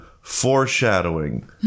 foreshadowing